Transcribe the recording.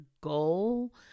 goal